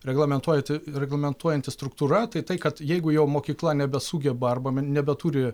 reglamentuojati reglamentuojanti struktūra tai tai kad jeigu jau mokykla nebesugeba arba nebeturi